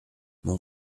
mon